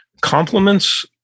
compliments